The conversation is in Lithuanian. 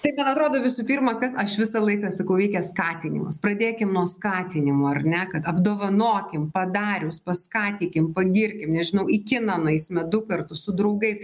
tai man atrodo visų pirma kas aš visą laiką sakau reikia skatinimas pradėkime nuo skatinimo ar ne kad apdovanokim padarius paskatykim pagirkim nežinau į kiną nueisime du kartus su draugais